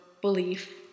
belief